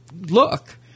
look